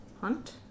hunt